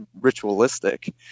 ritualistic